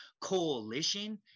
coalition